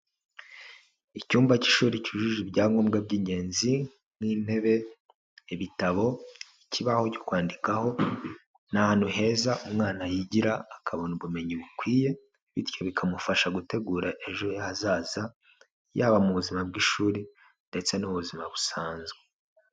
Icyumba cy'ishuri cyujuje ibyangombwa by'ingenzi nk'intebe, ibitabo, ikibaho cyo kwandikaho, ni ahantu heza umwana yigira akabona ubumenyi bukwiye, bityo bikamufasha gutegura ejo he hazaza, yaba mu buzima bw'ishuri ndetse no mu buzima busanzwe.